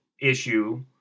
issue